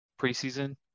preseason